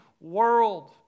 world